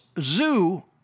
zoo